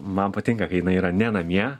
man patinka kai jinai yra ne namie